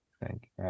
thank